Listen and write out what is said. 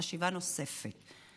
חשיבה נוספת.